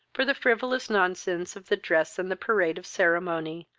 for the frivolous nonsense of the dress and the parade of ceremony,